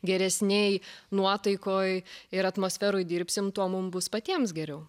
geresnėj nuotaikoj ir atmosferoj dirbsim tuo mum bus patiems geriau